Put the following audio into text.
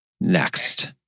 next